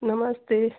नमस्ते